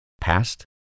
past